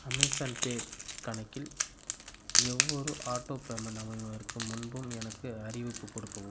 Amazon pay கணக்கில் எவ்வொரு auto payment அமைவதற்கு முன்பும் எனக்கு அறிவிப்புக் கொடுக்கவும்